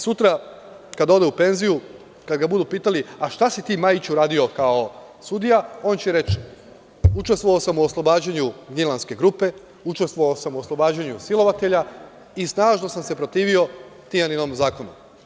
Sutra kada ode u penziju, kad ga budu pitali - šta si ti, Majiću, radio kao sudija, on će reći – učestvovao sam u oslobađanju Gnjilanske grupe, učestvovao sam u oslobađanju silovatelja i snažno sam se protivio Tijaninom zakonu.